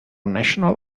national